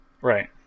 Right